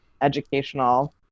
educational